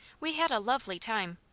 we had a lovely time.